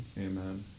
Amen